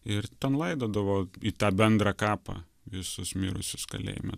ir ten laidodavo į tą bendrą kapą visus mirusius kalėjime